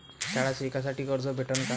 शाळा शिकासाठी कर्ज भेटन का?